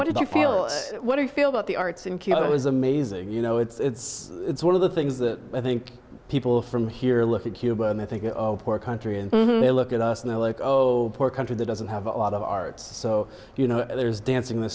what did you feel what do you feel about the arts in cuba it was amazing you know it's one of the things that i think people from here look at cuba and they think poor country and they look at us and they're like oh poor country that doesn't have a lot of arts so you know there's dancing